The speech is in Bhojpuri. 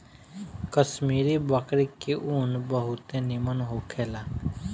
कश्मीरी बकरी के ऊन बहुत निमन होखेला